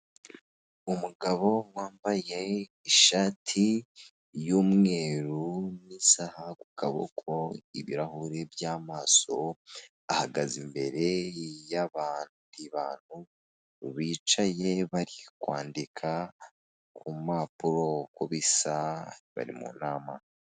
Umugabo wambaye ishati y'umweru n'isaha ku kaboko, ibirahuri by'amaso, ahagaze imbere y'abandi bantu bicaye bari kwandika ku mpapuro, uko bisa bari mu nama.